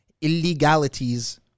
illegalities